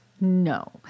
No